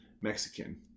Mexican